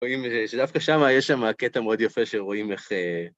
רואים שדווקא שמה, יש שמה קטע מאוד יפה שרואים איך א...